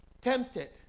tempted